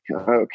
okay